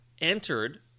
entered